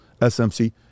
SMC